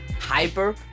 hyper